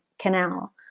Canal